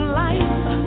life